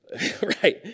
Right